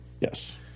Yes